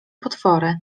potwory